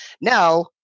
Now